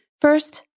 First